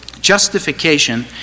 Justification